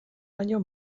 baino